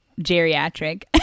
geriatric